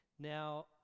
Now